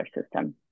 system